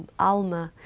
alma,